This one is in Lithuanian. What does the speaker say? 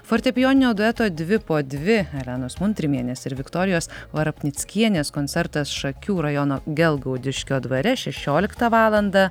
fortepijoninio dueto dvi po dvi elenos muntrimienės ir viktorijos varapnickienės koncertas šakių rajono gelgaudiškio dvare šešioliktą valandą